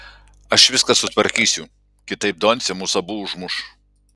aš viską sutvarkysiu kitaip doncė mus abu užmuš